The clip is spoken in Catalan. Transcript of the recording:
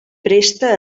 presta